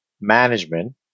management